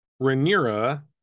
Rhaenyra